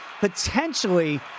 potentially